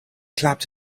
clapped